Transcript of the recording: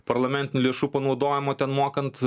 parlamentinių lėšų panaudojimo ten mokant